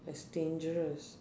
is dangerous